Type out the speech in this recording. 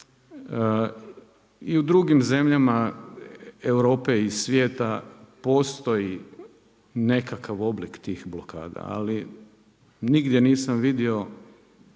i u drugim zemljama Europe i svijeta, postoji nekakav oblik tih blokada ali nigdje nisam vidio